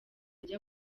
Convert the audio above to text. ajya